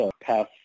pass